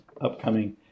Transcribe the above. upcoming